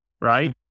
right